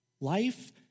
Life